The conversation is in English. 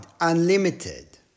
unlimited